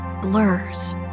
blurs